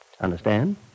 Understand